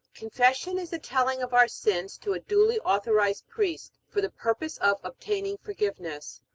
confession is the telling of our sins to a duly authorized priest, for the purpose of obtaining forgiveness.